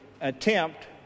attempt